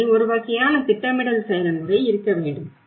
எனவே ஒரு வகையான திட்டமிடல் செயல்முறை இருக்க வேண்டும்